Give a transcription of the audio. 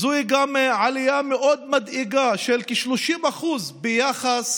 זאת גם עלייה מאוד מדאיגה של כ-30% ביחס